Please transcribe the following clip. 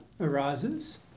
arises